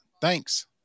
Thanks